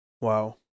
Wow